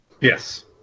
Yes